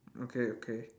okay okay